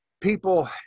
people